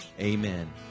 amen